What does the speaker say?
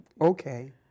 Okay